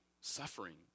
suffering